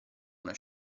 una